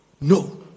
No